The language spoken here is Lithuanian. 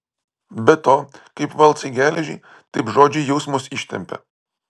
be to kaip valcai geležį taip žodžiai jausmus ištempia